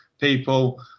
people